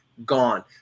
Gone